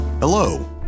Hello